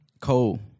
Cole